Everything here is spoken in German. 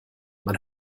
man